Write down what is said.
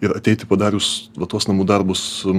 ir ateiti padarius va tuos namų darbus